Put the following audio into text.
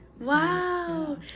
Wow